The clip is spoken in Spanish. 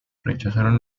rechazaron